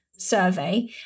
survey